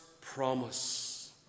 promise